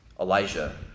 Elijah